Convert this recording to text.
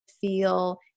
feel